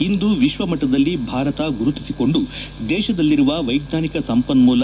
ಇಂದು ವಿಶ್ವಮಟ್ಟದಲ್ಲಿ ಭಾರತ ಗುರುತಿಸಿಕೊಂಡು ದೇತದಲ್ಲಿರುವ ವೈಜ್ವಾನಿಕ ಸಂಪನ್ಮೂಲ